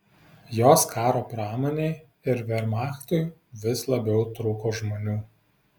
jos karo pramonei ir vermachtui vis labiau trūko žmonių